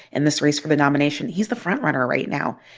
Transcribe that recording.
and this race for the nomination, he's the front-runner right now.